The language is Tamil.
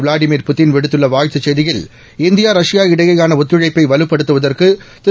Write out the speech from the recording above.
விளாடிமிர் புட்டின் விடுத்துள்ள வாழ்த்துச் செய்தியில் இந்தியா ரஷ்யா இடையேயாள ஒத்துழைப்பை வலுப்படுத்துவதற்கு திரு